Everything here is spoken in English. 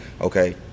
Okay